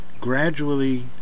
gradually